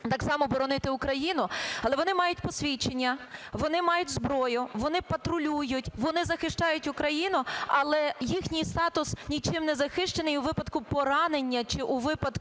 так само боронити Україну. Але вони мають посвідчення, вони мають зброю, вони патрулюють, вони захищають Україну, але їхній статус нічим не захищений. І у випадку поранення чи у випадку